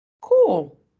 Cool